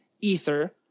Ether